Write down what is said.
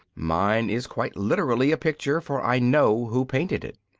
mine is quite literally a picture, for i know who painted it.